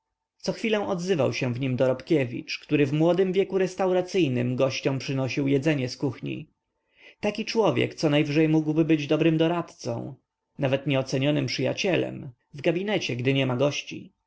co chwilę odzywał się w nim dorobkiewicz który w młodym wieku restauracyjnym gościom przynosił jedzenie z kuchni taki człowiek conajwyżej mógłby być dobrym doradcą nawet nieocenionym przyjacielem w gabinecie gdy niema gości